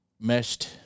meshed